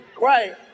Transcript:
Right